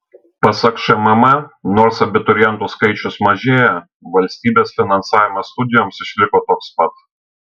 pasak šmm nors abiturientų skaičius mažėja valstybės finansavimas studijoms išliko toks pat